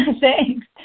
Thanks